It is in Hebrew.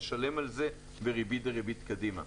נשלם על זה בריבית דריבית קדימה.